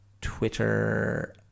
twitter